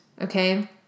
okay